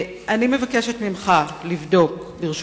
אני מבקשת ממך לבדוק,